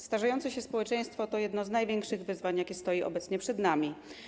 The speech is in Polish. Starzejące się społeczeństwo to jedno z największych wyzwań, jakie stoją obecnie przed nami.